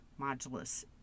modulus